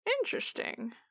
Interesting